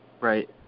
Right